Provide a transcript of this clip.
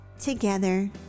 together